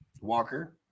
Walker